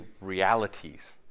realities